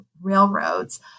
railroads